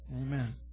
Amen